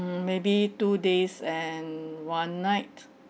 mm maybe two days and one night